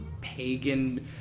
pagan